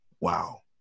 Wow